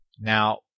Now